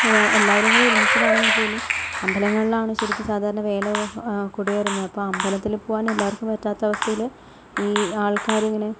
ഓരോ എല്ലാവരും കൂടി ഒരുമിച്ചിട്ടാണെങ്കിൽ പോലും അമ്പലങ്ങളിലാണ് ശരിക്കും സാധാരണ വേല കൊടി കയറുന്നത് അപ്പോൾ അമ്പലത്തിൽ പോകൂവാൻ എല്ലാവർക്കും പറ്റാത്ത അവസ്ഥയിൽ ഈ ആൾക്കാരിങ്ങനെ